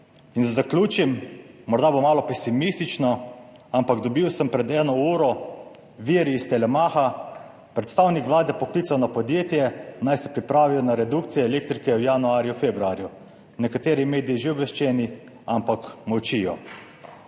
In da zaključim, morda bo malo pesimistično, ampak dobil sem pred eno uro vir iz Telemacha, predstavnik Vlade je poklical na podjetje, naj se pripravijo na redukcije elektrike v januarju, februarju. Nekateri mediji so že obveščeni, ampak molčijo.